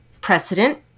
precedent